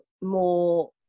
more